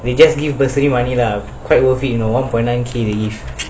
they just give bursary money lah quite worth it you know one point nine K relief